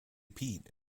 pete